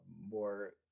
more